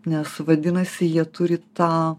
nes vadinasi jie turi tą